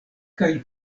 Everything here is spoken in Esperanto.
kaj